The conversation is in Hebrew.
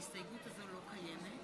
אדוני היושב-ראש,